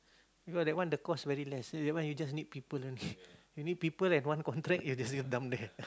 because that one the cost very less so that one you just need people only you need people and one contract that's it dump there